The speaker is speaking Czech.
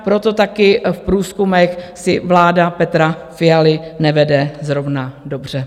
Proto taky v průzkumech si vláda Petra Fialy nevede zrovna dobře.